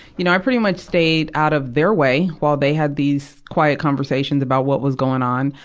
you know, i pretty much stayed out of their way, while they had these quiet conversations about what was going on.